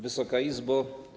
Wysoka Izbo!